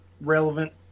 relevant